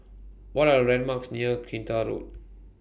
What Are The landmarks near Kinta Road